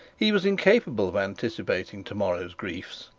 he was incapable of anticipating tomorrow's griefs.